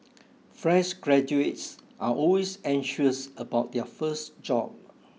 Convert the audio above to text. fresh graduates are always anxious about their first job